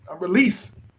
release